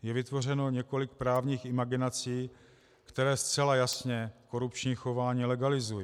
Je vytvořeno několik právních imaginací, které zcela jasně korupční chování legalizují.